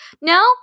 no